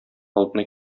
алдына